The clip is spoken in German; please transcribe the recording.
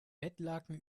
bettlaken